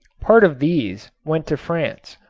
part of these went to france,